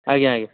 ଆଜ୍ଞା ଆଜ୍ଞା